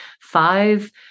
five